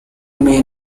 may